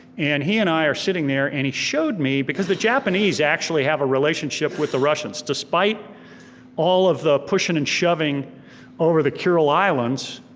and he and are sitting there and he showed me, because the japanese actually have a relationship with the russians, despite all of the pushing and shoving over the kuril islands,